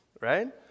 right